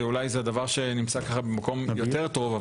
שאולי זה הדבר שנמצא במקום יותר טוב,